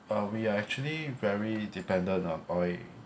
uh we are actually very dependent on oil